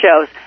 shows